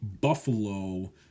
Buffalo